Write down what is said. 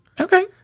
Okay